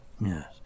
yes